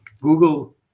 Google